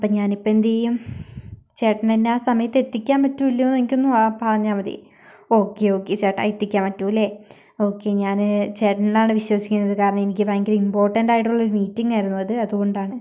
അപ്പോൾ ഞാനിപ്പോൾ എന്ത് ചെയ്യും ചേട്ടൻ എന്നെ ആ സമയത്ത് എത്തിക്കാൻ പറ്റുമോ ഇല്ല്യോ എനിക്കൊന്നു പറഞ്ഞാൽ മതി ഓക്കെ ഓക്കെ ചേട്ടാ എത്തിക്കാൻ പറ്റൂലേ ഓക്കെ ഞാന് ചേട്ടനിലാണ് വിശ്വസിക്കുന്നത് കാരണം എനിക്ക് ഭയങ്കര ഇംപോർട്ടന്റ് ആയിട്ടുള്ള ഒരു മീറ്റിങ്ങായിരുന്നു അത് അതുകൊണ്ടാണ്